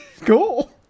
cool